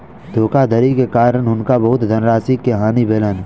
धोखाधड़ी के कारण हुनका बहुत धनराशि के हानि भेलैन